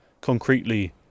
concretely